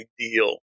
ideal